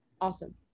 Awesome